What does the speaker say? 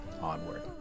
onward